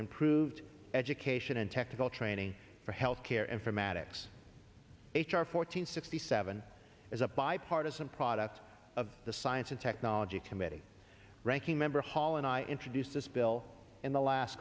improved education and technical training for healthcare informatics h r fourteen sixty seven is a bipartisan product of the science and technology committee ranking member hall and i introduced this bill in the last